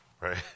right